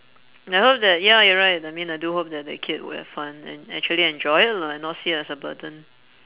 I hope that ya you're right I mean I do hope that the kid will have fun and actually enjoy it lah and not see it as a burden